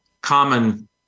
common